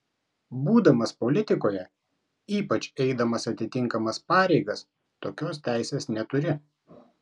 būdamas politikoje ypač eidamas atitinkamas pareigas tokios teisės neturi